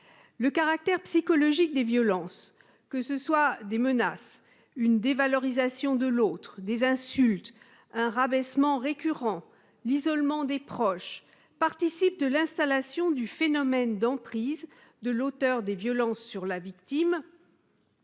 Le caractère psychologique des violences- menaces, dévalorisation de l'autre, insultes, rabaissement récurrent, isolement ... -participe de l'installation du phénomène d'emprise de l'auteur des violences sur la victime.